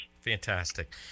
Fantastic